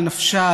על נפשה,